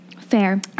Fair